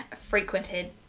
frequented